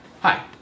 hi